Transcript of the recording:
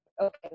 okay